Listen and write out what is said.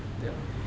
yup